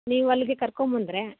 ನೀವು ಅಲ್ಲಿಗೆ ಕರ್ಕೊಂಡ್ ಬಂದರೆ